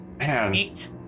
eight